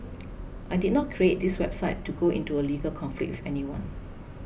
I did not create this website to go into a legal conflict with anyone